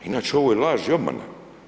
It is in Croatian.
Inače ovo je laž i obmana.